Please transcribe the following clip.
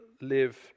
live